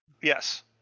Yes